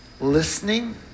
listening